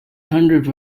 hundred